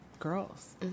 girls